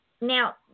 Now